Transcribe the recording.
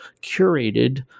curated